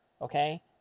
okay